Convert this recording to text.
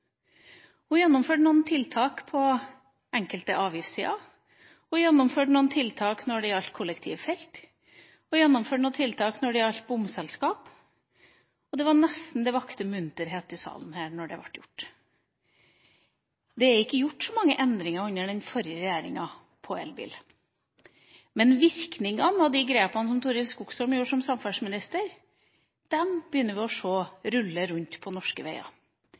Hun gjennomførte noen tiltak på enkelte avgiftssider, hun gjennomførte noen tiltak når det gjaldt kollektivfelt, og hun gjennomførte noen tiltak når det gjaldt bomselskap – og det vakte nesten munterhet her i salen da det ble gjort. Det er ikke gjort så mange endringer under forrige regjeringa når det gjelder elbiler. Men virkningene av de grepene som Torild Skogsholm gjorde som samferdselsminister, begynner vi å se rulle rundt på norske veier.